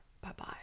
bye-bye